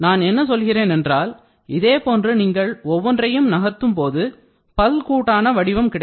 நான் என்ன சொல்கிறேன் என்றால் இதேபோன்று நீங்கள் ஒவ்வொன்றையும் நகர்த்தும் போது பல் கூட்டான வடிவம் கிடைக்கும்